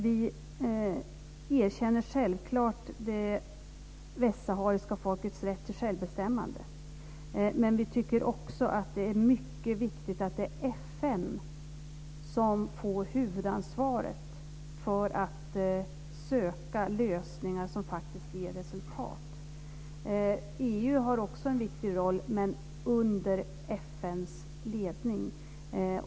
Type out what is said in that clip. Vi erkänner självklart det västsahariska folkets rätt till självbestämmande men vi tycker också att det är mycket viktigt att FN får huvudansvaret för att söka lösningar som faktiskt ger resultat. EU har också en viktig roll, men under FN:s ledning.